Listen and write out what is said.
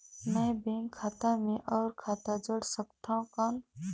मैं बैंक खाता मे और खाता जोड़ सकथव कौन?